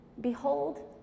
Behold